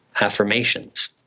affirmations